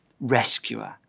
rescuer